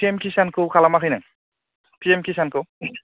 P M किसानखौ खालामाखै नों पि एम किसानखौ